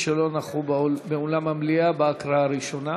שלא נכחו באולם המליאה בהקראה הראשונה.